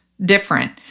different